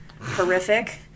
horrific